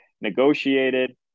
negotiated